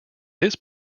this